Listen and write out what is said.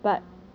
orh